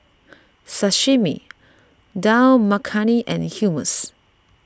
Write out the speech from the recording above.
Sashimi Dal Makhani and Hummus